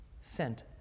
Sent